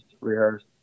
rehearse